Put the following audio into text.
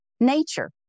nature